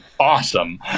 Awesome